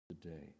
today